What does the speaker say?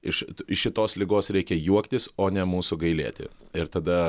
iš iš šitos ligos reikia juoktis o ne mūsų gailėti ir tada